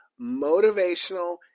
motivational